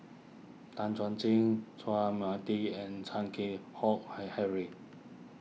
Tan Chuan Jin Chua Mia Tee and Chan Keng Howe He Harry